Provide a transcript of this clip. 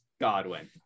Godwin